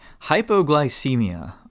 hypoglycemia